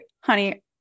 honey